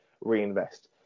reinvest